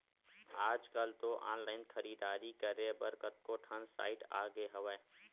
आजकल तो ऑनलाइन खरीदारी करे बर कतको ठन साइट आगे हवय